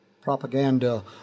Propaganda